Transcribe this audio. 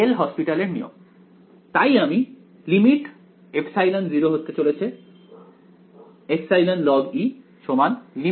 এল hospital L hopitals এর নিয়ম